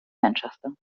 manchester